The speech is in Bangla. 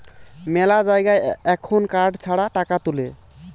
মেলা জায়গায় এখুন কার্ড ছাড়া টাকা তুলে